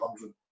hundred